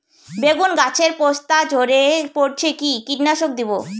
বেগুন গাছের পস্তা ঝরে পড়ছে কি কীটনাশক দেব?